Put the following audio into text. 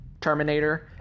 Terminator